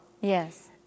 Yes